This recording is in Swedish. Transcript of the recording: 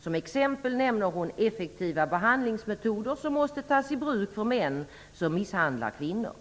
Som exempel nämner hon effektiva behandlingsmetoder, som måste tas i bruk för män som misshandlar kvinnor.